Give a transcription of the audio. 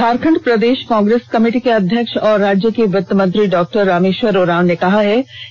झारखंड प्रदेश कांग्रेस कमिटी के अध्यक्ष और राज्य के वित्त मंत्री डॉ रामेश्वर उरांव ने कहा